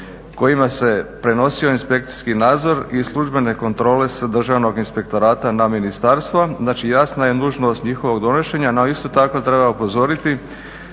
kojima se prenosio inspekcijski nadzor i službene kontrole sa državnog inspektorata na ministarstva. Znači, jasna je nužnost njihovog donošenja no isto tako treba upozoriti